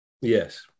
Yes